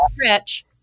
stretch